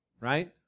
right